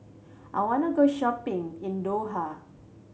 I want to go shopping in Doha